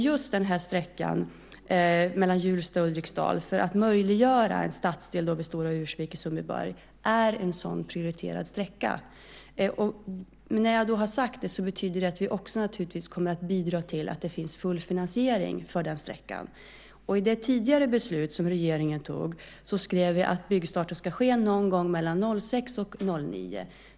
Just den här sträckan mellan Hjulsta och Ulriksdal för att man ska möjliggöra en stadsdel i Stora Ursvik i Sundbyberg är en sådan prioriterad sträcka. När jag då har sagt det betyder det att vi också naturligtvis kommer att bidra till att det finns full finansiering för den sträckan. I det tidigare beslutet som regeringen fattade skrev vi att byggstarten ska ske någon gång mellan 2006 och 2009.